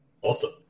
Awesome